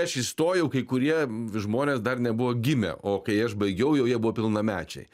aš įstojau kai kurie žmonės dar nebuvo gimę o kai aš baigiau jau jie buvo pilnamečiai